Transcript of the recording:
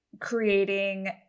creating